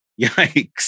Yikes